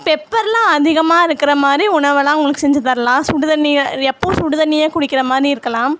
பெப்பரெலாம் அதிகமாக இருக்கிற மாதிரி உணவெல்லாம் அவங்களுக்கு செஞ்சித்தரலாம் சுடு தண்ணி எப்போவும் சுடு தண்ணியே குடிக்கிற மாதிரி இருக்கலாம்